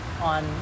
on